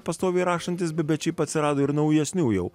pastoviai rašantis bet šiaip atsirado ir naujesnių jau